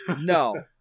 no